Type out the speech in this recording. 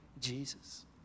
Jesus